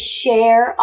share